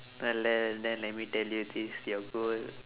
uh then then let me tell you this your goal